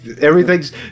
Everything's